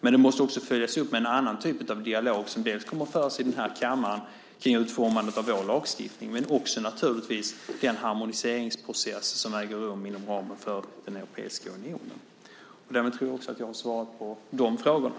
Den måste också följas upp med en annan typ av dialog som kommer att föras i denna kammare kring utformandet av vår lagstiftning, men också naturligtvis med den harmoniseringsprocess som äger rum inom ramen för den europeiska unionen. Därmed tror jag att jag har svarat på frågorna.